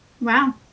Wow